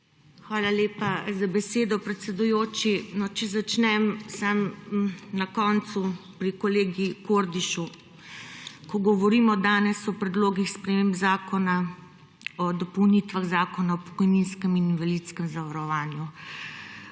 Hvala lepa za besedo, predsedujoči. Če začnem samo na koncu, pri kolegu Kordišu, ko govorimo danes o Predlogu zakona o spremembah in dopolnitvah Zakona o pokojninskem in invalidskem zavarovanju.